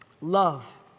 Love